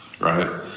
Right